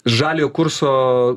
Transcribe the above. žaliojo kurso